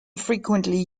frequently